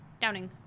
Downing